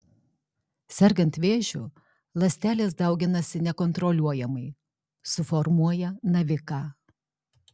sergant vėžiu ląstelės dauginasi nekontroliuojamai suformuoja naviką